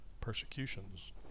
persecutions